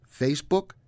Facebook